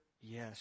Yes